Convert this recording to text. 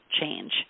change